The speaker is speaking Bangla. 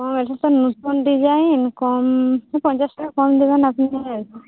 ও এটা তো নতুন ডিজাইন কম ওই পঞ্চাশ টাকা কম দেবেন আপনি না হয় আর কি